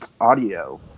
audio